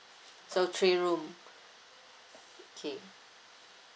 so three room okay